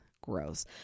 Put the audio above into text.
gross